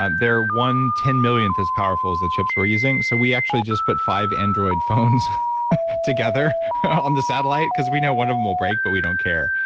they're one ten millionth as powerful as the chips we're using. so we actually just put five android phones together on the satellite, because we know one of them will break but we don't care.